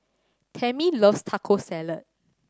Tammy loves Taco Salad